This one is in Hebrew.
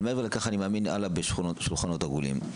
אבל מעבר לכך אני מאמין הלאה בשולחנות עגולים.